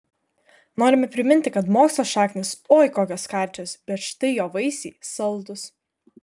norime priminti kad mokslo šaknys oi kokios karčios bet štai jo vaisiai saldūs